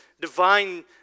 divine